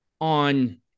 on